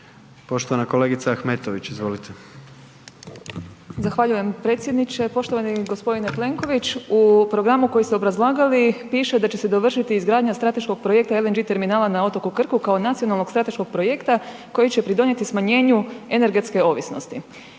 Poštovana kolegica Ahmetović, izvolite. **Ahmetović, Mirela (SDP)** Zahvaljujem predsjedniče. Poštovani g. Plenković, u programu koji ste obrazlagali piše da će se dovršiti izgradnja strateškog projekta LNG terminala na otoku Krku kao nacionalnog strateškog projekta koji će pridonijeti smanjenju energetske ovisnosti.